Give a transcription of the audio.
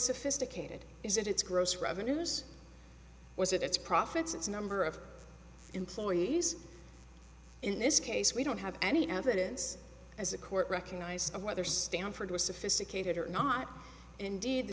sophisticated is it it's gross revenues was it its profits its number of employees in this case we don't have any evidence as the court recognized whether stanford was sophisticated or not and indeed